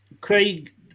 Craig